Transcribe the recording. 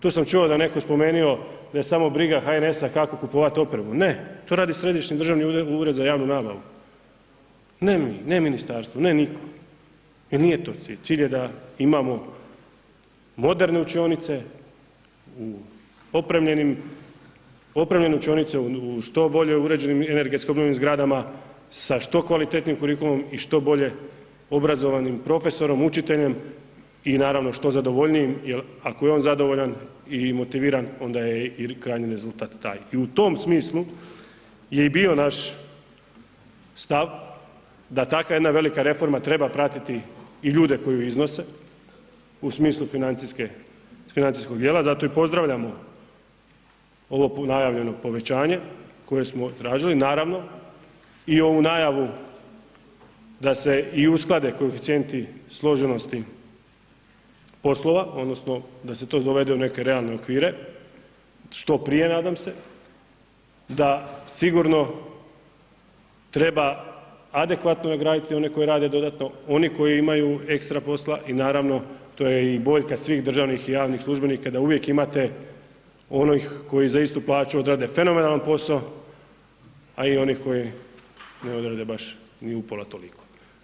Tu sam čuo da je netko spomenio da je samo briga HNS-a kako kupovat opremu, ne to radi Središnji državni ured za javnu nabavu, ne mi, ne ministarstvo, ne nitko jel nije to cilj, cilj je da imamo moderne učionice u opremljenim, opremljenu učionicu, u što bolje uređenim energetsko obnovljivim zgradama, sa što kvalitetnijim kurikulumom i što bolje obrazovanim profesorom, učiteljem i naravno što zadovoljnijim jel ako je on zadovoljan i motiviran, onda je i krajnji rezultat taj i u tom smislu je i bio naš stav da takva jedna velika reforma treba pratiti i ljude koji ju iznose u smislu financijske, iz financijskog dijela i zato i pozdravljamo ovo najavljeno povećanje koje smo tražili, naravno i ovu najavu da se i usklade i koeficijenti složenosti poslova odnosno da se to dovede u neke realne okvire što prije nadam se, da sigurno treba adekvatno nagraditi one koji rade dodatno, oni koji imaju ekstra posla i naravno to je i boljka svih državnih i javnih službenika da uvijek imate onih koji za istu plaću odrade fenomenalan posao, a i onih koji ne odrade baš ni upola toliko.